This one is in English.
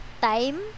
time